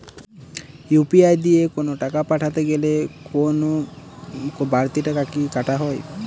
UPI দিয়ে কোন টাকা পাঠাতে গেলে কোন বারতি টাকা কি কাটা হয়?